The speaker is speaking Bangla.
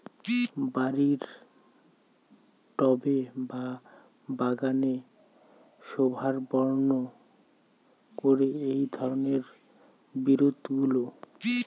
বাড়ির টবে বা বাগানের শোভাবর্ধন করে এই ধরণের বিরুৎগুলো